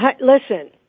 Listen